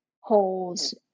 holes